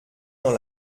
dans